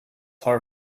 are